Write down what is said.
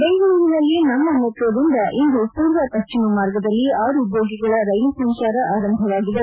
ಬೆಂಗಳೂರಿನಲ್ಲಿ ನಮ್ಮ ಮೆಟ್ರೋದಿಂದ ಇಂದು ಪೂರ್ವ ಪಶ್ಚಿಮ ಮಾರ್ಗದಲ್ಲಿ ಆರು ಬೋಗಿಗಳ ರೈಲು ಸಂಚಾರ ಆರಂಭವಾಗಿದೆ